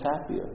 happier